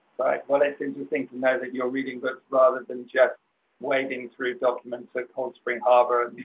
well that's interesting to know that you're reading books rather than just wading through documents at cold spring harbor.